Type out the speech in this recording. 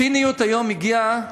הציניות היום הגיעה